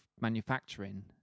manufacturing